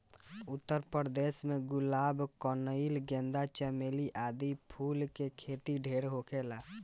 उत्तर प्रदेश में गुलाब, कनइल, गेंदा, चमेली आदि फूल के खेती ढेर होखेला